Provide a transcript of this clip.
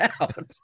out